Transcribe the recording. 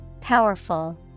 Powerful